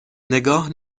نگاه